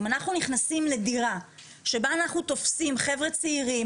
אם נכנסים לדירה שבה אנחנו תופסים חבר'ה צעירים,